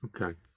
okay